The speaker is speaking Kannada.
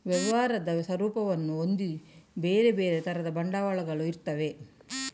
ವ್ಯವಹಾರದ ಸ್ವರೂಪವನ್ನ ಹೊಂದಿ ಬೇರೆ ಬೇರೆ ತರದ ಬಂಡವಾಳಗಳು ಇರ್ತವೆ